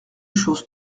chose